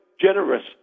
generous